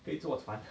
可以坐船